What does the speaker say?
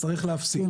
יש נושאים